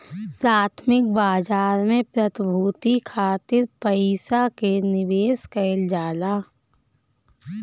प्राथमिक बाजार में प्रतिभूति खातिर पईसा के निवेश कईल जाला